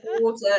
water